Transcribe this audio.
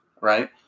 right